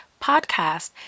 podcast